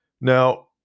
Now